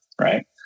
right